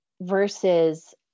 versus